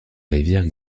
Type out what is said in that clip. rivière